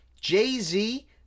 Jay-Z